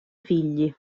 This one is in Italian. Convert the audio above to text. figli